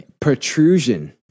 protrusion